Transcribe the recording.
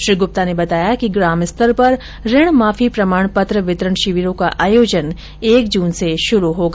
श्री गुप्ता ने बताया कि ग्राम स्तर पर ऋण माफी प्रमाण पत्र वितरण शिविरों का आयोजन एक जून से शुरू होगा